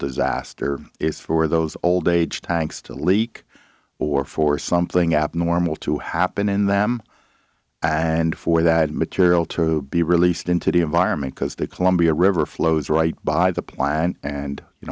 disaster is for those old age tanks to leak or for something abnormal to happen in them and for that material to be released into the environment because the columbia river flows right by the plant and you